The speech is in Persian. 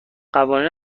قوانین